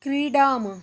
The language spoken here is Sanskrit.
क्रीडामः